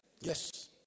Yes